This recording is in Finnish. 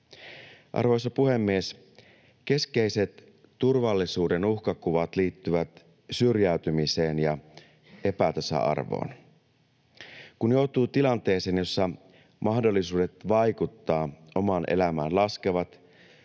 Arvoisa puhemies! Keskeiset turvallisuuden uhkakuvat liittyvät syrjäytymiseen ja epätasa-arvoon. Kun joutuu tilanteeseen, jossa mahdollisuudet vaikuttaa omaan elämään laskevat,